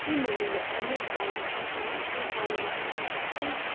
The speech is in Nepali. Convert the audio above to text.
के म मेरो अन्य ब्याङ्क खाता पे पालमा थप्नसक्छु